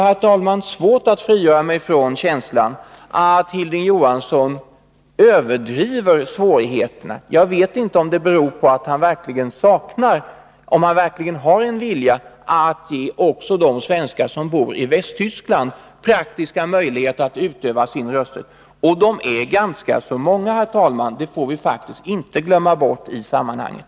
Jag har svårt att frigöra mig från känslan att Hilding Johansson överdriver svårigheterna. Jag vet inte om han verkligen har en vilja att ge också de svenskar som bor i Västtyskland praktiska möjligheter att utöva sin rösträtt. De är ganska många, herr talman, och det får vi inte glömma bort i sammanhanget.